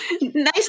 nice